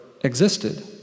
existed